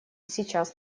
сейчас